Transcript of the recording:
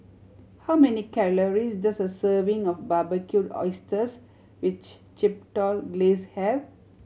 how many calories does a serving of Barbecued Oysters with Chipotle Glaze have